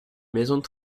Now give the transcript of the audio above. maisons